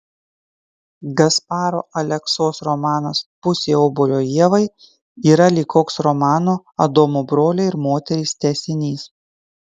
gasparo aleksos romanas pusė obuolio ievai yra lyg koks romano adomo broliai ir moterys tęsinys